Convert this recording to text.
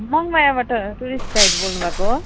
मङमायाबाट tourist guide बोल्नु भएको हो